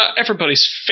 everybody's